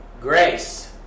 grace